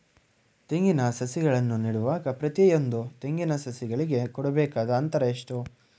ತೆಂಗಿನ ಸಸಿಗಳನ್ನು ನೆಡುವಾಗ ಪ್ರತಿಯೊಂದು ತೆಂಗಿನ ಸಸಿಗಳಿಗೆ ಕೊಡಬೇಕಾದ ಅಂತರ ಎಷ್ಟು?